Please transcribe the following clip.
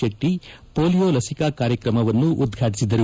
ಶೆಟ್ಟ polio ಲಸಿಕಾ ಕಾರ್ಯಕ್ರಮವನ್ನು ಉದ್ಘಾಟಿಸಿದರು